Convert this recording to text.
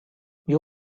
you